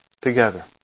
together